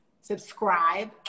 subscribe